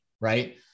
Right